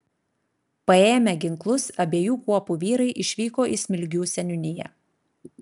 paėmę ginklus abiejų kuopų vyrai išvyko į smilgių seniūniją